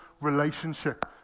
relationship